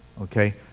Okay